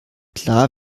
klar